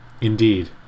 Indeed